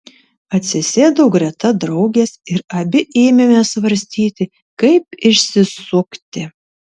atsisėdau greta draugės ir abi ėmėme svarstyti kaip išsisukti